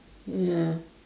ya